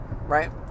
right